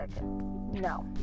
no